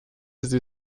sie